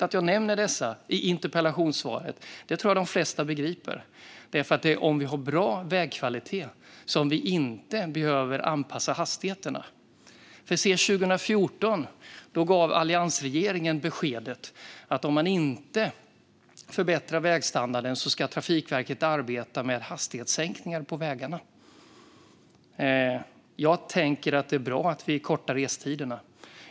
Att jag nämnde detta i interpellationssvaret tror jag att de flesta begriper, för om vi har bra vägkvalitet behöver vi inte anpassa hastigheterna. År 2014 gav alliansregeringen beskedet att om vägstandarden inte förbättras ska Trafikverket arbeta med hastighetssänkningar på vägarna. Jag tänker att det är bra att vi kortar restiderna.